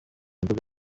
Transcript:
imvugo